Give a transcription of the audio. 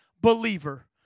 believer